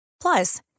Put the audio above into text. Plus